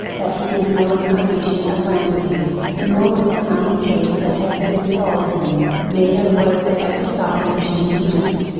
that he was no incarnation of rameses, nor was the mummy case that had been sold him, made of wood that ever saw ancient egypt.